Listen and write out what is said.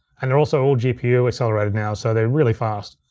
and they're also all gpu accelerated now, so they're really fast.